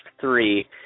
three